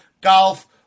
golf